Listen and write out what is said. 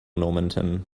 normanton